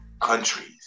countries